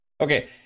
Okay